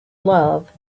love